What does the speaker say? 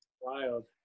Wild